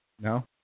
No